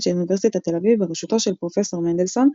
של אוניברסיטת תל אביב בראשותו של פרופ' מנדלסון,